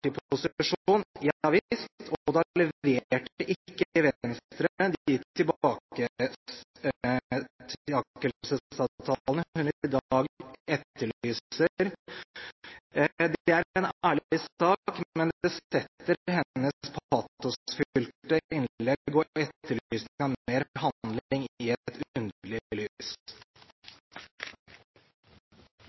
da leverte ikke Venstre de tilbaketakelsesavtalene som hun i dag etterlyser. Det er en ærlig sak, men det setter hennes patosfylte innlegg og etterlysing av mer handling i et underlig